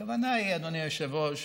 הכוונה היא, אדוני היושב-ראש,